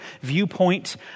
viewpoint